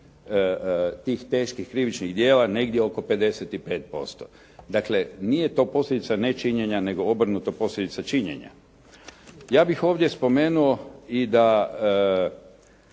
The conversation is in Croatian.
tih teških krivičnih djela negdje oko 55%. Dakle nije to posljedica nečinjenja, nego obrnuto posljedica činjenja. Ja bih ovdje spomenuo i da